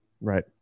Right